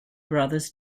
brothers